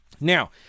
Now